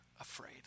afraid